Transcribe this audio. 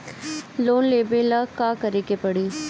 Loan लेबे ला का करे के पड़ी?